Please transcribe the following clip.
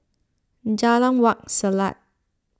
Jalan Wak Selat